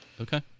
Okay